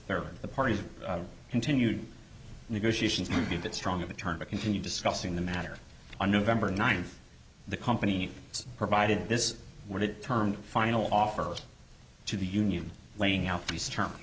the parties continued negotiations movie that strong of a turn to continue discussing the matter on nov ninth the company provided this what it termed a final offer to the union laying out these term